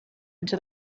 into